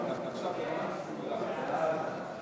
ההצעה להעביר את